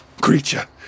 creature